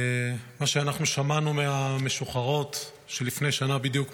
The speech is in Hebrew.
מה ששמענו מהמשוחררות לפני שנה בדיוק,